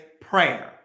prayer